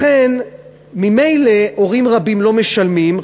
לכן ממילא הורים רבים לא משלמים,